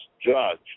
judge